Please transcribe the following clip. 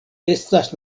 estas